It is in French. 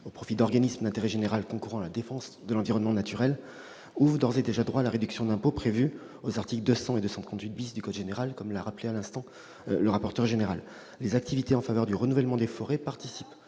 au profit d'organismes d'intérêt général concourant à la défense de l'environnement naturel ouvrent d'ores et déjà droit à la réduction d'impôt prévue aux articles 200 et 238 du code général des impôts, comme l'a rappelé à l'instant M. le rapporteur général. C'est le cas des activités en faveur du renouvellement des forêts, qui participent